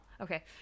Okay